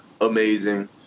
amazing